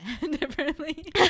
differently